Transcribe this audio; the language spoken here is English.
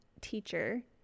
teacher